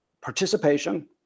participation